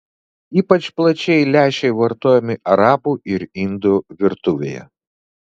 ypač plačiai lęšiai vartojami arabų ir indų virtuvėje